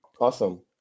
Awesome